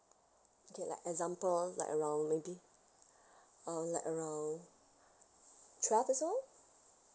okay like example like around maybe uh like around twelve years old